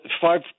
five